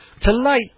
Tonight